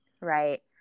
Right